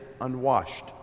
unwashed